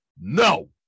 No